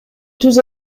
түз